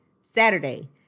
Saturday